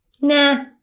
Nah